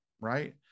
right